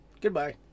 Goodbye